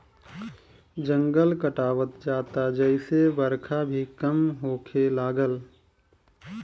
जंगल कटात जाता जेसे बरखा भी कम होखे लागल